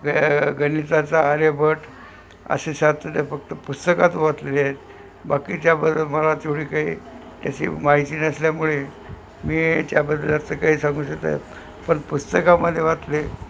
ग गणिताचा आर्यभट असे ते फक्त पुस्तकात वाचले आहेत बाकीच्याबद्दल मला तेवढी काही त्याची माहिती नसल्यामुळे मी त्यांच्याबद्दल तर काही सांगू पण पुस्तकामध्ये वाचले